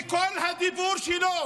וכל הדיבור שלו